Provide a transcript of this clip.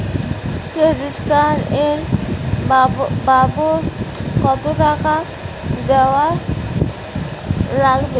Credit card এর বাবদ কতো টাকা দেওয়া লাগবে?